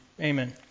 Amen